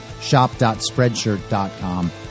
shop.spreadshirt.com